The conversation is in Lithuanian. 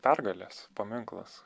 pergalės paminklas